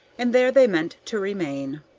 and there they meant to remain.